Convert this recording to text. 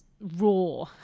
raw